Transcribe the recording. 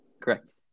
Correct